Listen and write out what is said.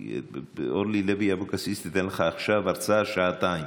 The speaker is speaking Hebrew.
אורלי לוי אבקסיס תיתן לך עכשיו הרצאה של שעתיים